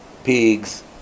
Pigs